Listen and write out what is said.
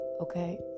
okay